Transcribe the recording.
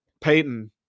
Peyton